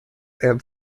and